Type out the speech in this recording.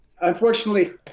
Unfortunately